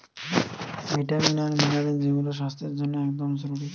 vitamin আর mineral যৌগুলা স্বাস্থ্যের জন্যে একদম জরুরি